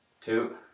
two